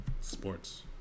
Sports